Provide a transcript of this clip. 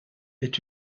est